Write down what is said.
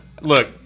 look